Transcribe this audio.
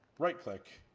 right click,